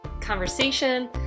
conversation